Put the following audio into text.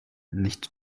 nicht